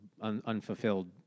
unfulfilled